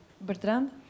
Bertrand